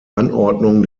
anordnung